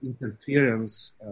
interference